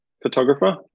Photographer